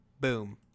boom